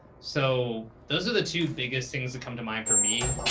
so those are the two biggest things that come to mind for me.